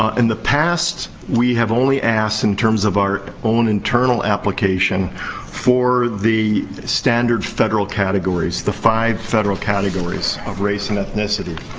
and the past, we have only asked, in terms of our own internal application for the standard federal categories. the five federal categories categories of race and ethnicity.